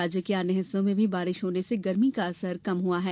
राज्य के अन्य हिस्सों में भी बारिश होने से गर्मी का असर कम हुआ है